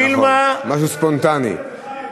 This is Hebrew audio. נכון, זה משהו ספונטני.